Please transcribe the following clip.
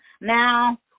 Now